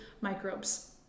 microbes